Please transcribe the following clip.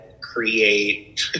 create